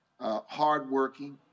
hardworking